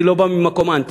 אני לא בא ממקום אנטי,